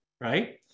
Right